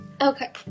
Okay